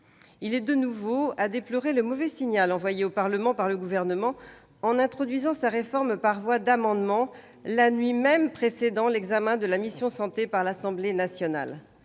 une nouvelle fois le mauvais signal envoyé au Parlement par le Gouvernement, qui introduit sa réforme par voie d'amendements, la nuit même précédant l'examen de la mission « Santé » par l'Assemblée nationale.